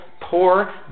poor